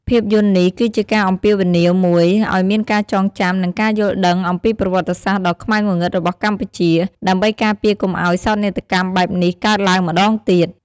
ភាពយន្តនេះគឺជាការអំពាវនាវមួយឱ្យមានការចងចាំ និងការយល់ដឹងអំពីប្រវត្តិសាស្ត្រដ៏ខ្មៅងងឹតរបស់កម្ពុជា ដើម្បីការពារកុំឱ្យសោកនាដកម្មបែបនេះកើតឡើងម្តងទៀត។